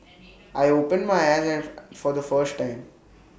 I open my eyes and for the first time